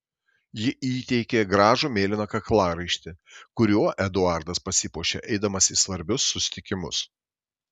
ji įteikė gražų mėlyną kaklaraištį kuriuo eduardas pasipuošia eidamas į svarbius susitikimus